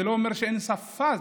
אבל זה לא אומר שאין שפה צרפתית.